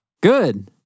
Good